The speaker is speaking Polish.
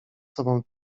sobą